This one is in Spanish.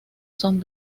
son